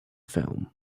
film